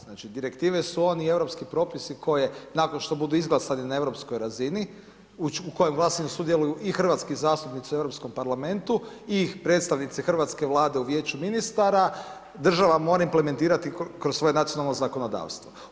Znači, direktive su oni europski propisi koje nakon što budu izglasani na europskoj razini, u kojem glasanju sudjeluju i hrvatski zastupnici u EU parlamentu i predstavnici hrvatske Vlade u Vijeću ministara, država mora implementirati kroz svoje nacionalno zakonodavstvo.